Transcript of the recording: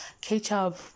Ketchup